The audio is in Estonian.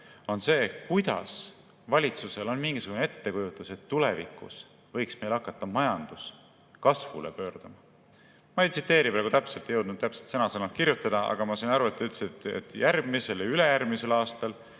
on see, kuidas valitsusel on mingisugune ettekujutus, et tulevikus võiks meil hakata majandus kasvule pöörama. Ma ei tsiteeri praegu täpselt, ei jõudnud sõna-sõnalt üles kirjutada, aga ma sain aru, et te ütlesite, et järgmisel ja ülejärgmisel aastal